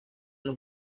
los